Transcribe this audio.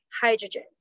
hydrogen